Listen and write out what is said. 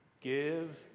Give